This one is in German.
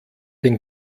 den